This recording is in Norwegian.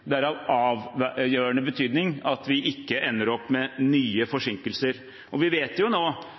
Det er av avgjørende betydning at vi ikke ender opp med nye forsinkelser. Vi vet jo